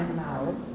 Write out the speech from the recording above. mouth